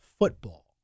Football